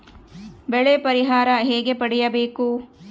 ಬೆಳೆ ಪರಿಹಾರ ಹೇಗೆ ಪಡಿಬೇಕು?